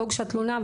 לא הוגשה תלונה,